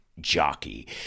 jockey